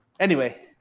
anyway,